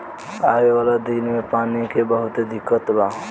आवे वाला दिन मे पानी के बहुते दिक्कत बा